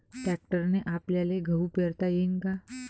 ट्रॅक्टरने आपल्याले गहू पेरता येईन का?